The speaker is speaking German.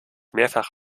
mehrfach